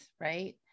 right